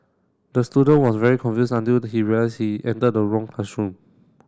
the student was very confused until he realised he entered the wrong classroom